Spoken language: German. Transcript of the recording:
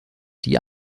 die